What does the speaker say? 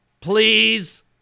Please